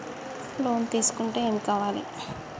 Loan తీసుకుంటే ఏం కావాలి?